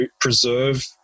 preserve –